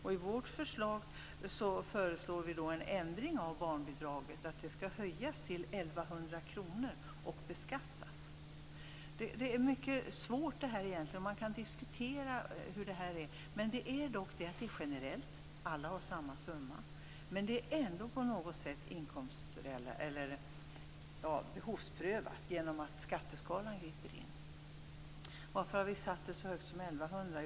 I vårt förslag presenterar vi en ändring av barnbidraget. Det skall höjas till 1 100 kr och beskattas. Det här är egentligen mycket svårt. Man kan diskutera hur det förhåller sig, men det är generellt. Alla har samma summa. Ändå är det på något sätt behovsprövat genom att skatteskalan griper in. Varför har vi satt beloppet så högt som 1 100 kr?